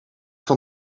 van